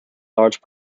large